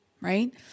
right